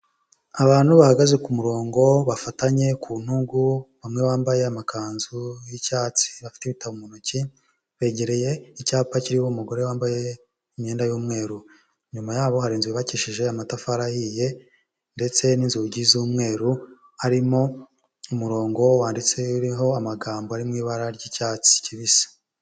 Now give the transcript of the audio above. Abantu bahagaze ku murongo bafatanye ku ntugu, bamwe bambaye amakanzu y'icyatsi bafite ibitabo mu ntoki, begereye icyapa kiho umugore wambaye imyenda y'umweru, inyuma yaho hari inzu yubakishije amatafari ahiye ndetse n'inzugi z'umweru, harimo umurongo wanditse uriho amagambo ari mu ibara ry'icyatsi kibisi.